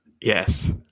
yes